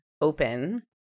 open